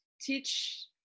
teach